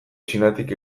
txinatik